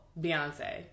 Beyonce